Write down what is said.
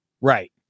Right